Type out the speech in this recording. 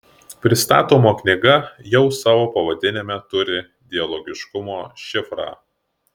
pristatoma knyga jau savo pavadinime turi dialogiškumo šifrą